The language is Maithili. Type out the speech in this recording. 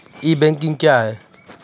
ई बैंकिंग क्या हैं?